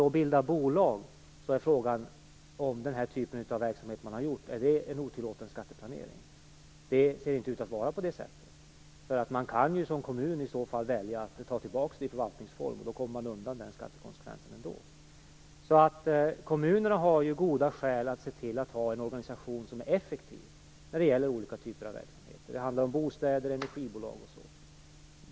Om man bildar bolag är frågan om den verksamhet som man bedriver är att betrakta som otillåten skatteplanering. Det ser inte ut att vara på det sättet, eftersom en kommun i så fall kan välja att låta verksamheten återgå i förvaltningsform och på så sätt ändå komma undan den skattekonsekvensen. Kommunerna har alltså goda skäl att se till att ha en organisation som är effektiv när det gäller olika typer av verksamheter. Det handlar om bostäder, energibolag, osv.